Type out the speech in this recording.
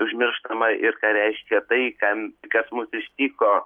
užmirštama ir ką reiškia tai kam kas mus ištiko